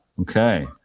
okay